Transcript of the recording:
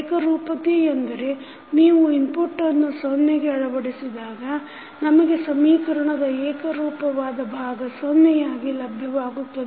ಏಕರೂಪತೆ ಎಂದರೆ ನೀವು ಇನ್ಪುಟ್ಟನ್ನು ಸೊನ್ನೆಗೆ ಅಳವಡಿಸಿದಾಗ ನಮಗೆ ಸಮೀಕರಣದ ಏಕರೂಪವಾದ ಭಾಗ ಸೊನ್ನೆಯಾಗಿ ಲಭ್ಯವಾಗುತ್ತದೆ